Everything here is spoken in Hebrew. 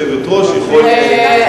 אני רק ברשות היושבת-ראש יכול לענות על שאלה.